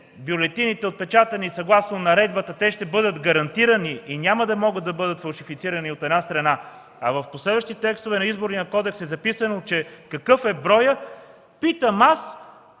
бюлетините, отпечатани съгласно наредбата, ще бъдат гарантирани и няма да могат да бъдат фалшифицирани, от една страна, а в последващи текстове на Изборния кодекс е записано какъв е броят, питам аз: